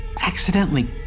accidentally